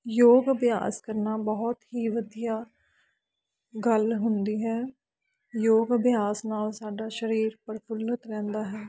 ਯੋਗ ਅਭਿਆਸ ਕਰਨਾ ਬਹੁਤ ਹੀ ਵਧੀਆ ਗੱਲ ਹੁੰਦੀ ਹੈ ਯੋਗ ਅਭਿਆਸ ਨਾਲ ਸਾਡਾ ਸਰੀਰ ਪ੍ਰਫੁੱਲਤ ਰਹਿੰਦਾ ਹੈ